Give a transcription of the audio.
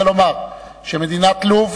רוצה לומר שמדינת לוב